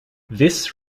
this